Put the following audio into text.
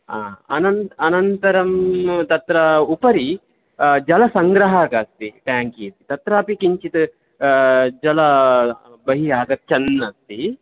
आम् अन अनन्तरं तत्र उपरि जलसङ्ग्राहकं अस्ति टेङ्क् इति तत्रापि किञ्चित् जल बहिः आगच्छत् अस्ति